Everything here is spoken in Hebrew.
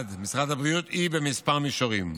משרד הבריאות היא בכמה מישורים: